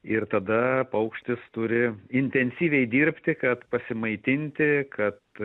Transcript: ir tada paukštis turi intensyviai dirbti kad pasimaitinti kad